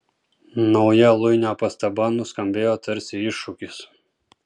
nauja luinio pastaba nuskambėjo tarsi iššūkis